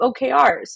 OKRs